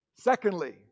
secondly